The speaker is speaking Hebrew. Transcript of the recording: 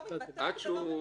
הוא לא מתבטל ולא מממשים.